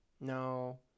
No